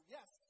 Yes